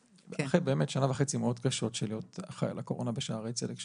ואחרי באמת שנה וחצי מאוד קשות של להיות אחראי על הקורונה בשערי צדק,